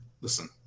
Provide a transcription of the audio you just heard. Listen